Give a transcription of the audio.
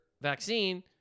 vaccine